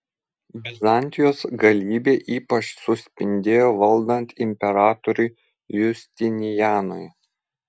bizantijos galybė ypač suspindėjo valdant imperatoriui justinianui